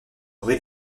rez